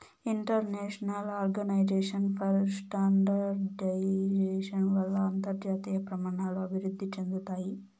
international organization for standardization వల్ల అంతర్జాతీయ ప్రమాణాలు అభివృద్ధి చెందుతాయి